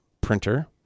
printer